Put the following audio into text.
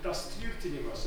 tas tvirtinimas